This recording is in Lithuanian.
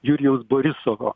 jurijaus borisovo